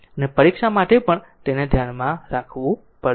અને પરીક્ષા માટે પણ તેને ધ્યાનમાં રાખવું પડશે